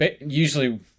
usually